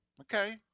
Okay